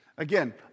Again